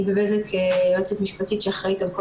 אני בבזק יועצת משפטית שאחראית על כל